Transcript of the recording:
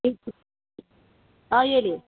ಹಾಂ ಹೇಳಿ